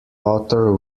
author